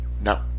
No